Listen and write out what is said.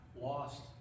lost